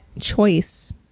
choice